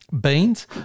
beans